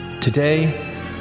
Today